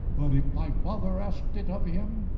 but if thy father asked it of him,